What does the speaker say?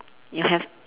you have